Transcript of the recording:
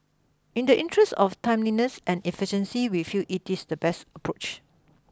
in the interest of timeliness and efficiency we feel it is the best approach